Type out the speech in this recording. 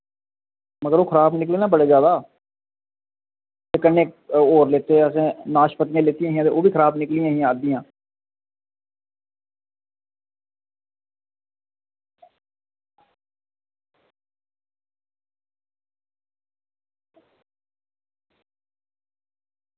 मगर ओह् खराब निकले ना बड़े जैदा ते कन्नै होर लैते असें नाशपती लैतियां हियां असें ओह्बी खराब निकलियां हियां अद्धियां